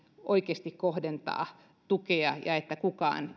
oikeasti kohdentaa tukea ja että kukaan